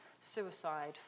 suicide